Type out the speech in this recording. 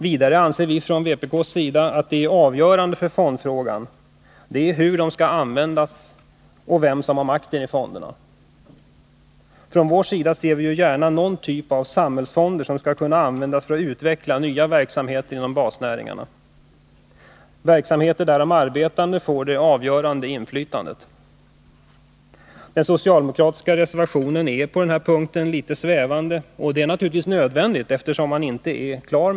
Vidare anser vi från vpk att det avgörande för fondfrågan är hur fonderna skall användas och vem som skall ha makten i dem. Från vår sida ser vi gärna någon typ av samhällsfonder som skall kunna användas för att utveckla nya verksamheter i basnäringarna, och i de verksamheterna skall de arbetande ha det avgörande inflytandet. Den socialdemokratiska reservationen är på den här punkten litet svävande, och det är naturligtvis nödvändigt eftersom förslagen inte är klara...